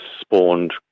spawned